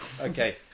Okay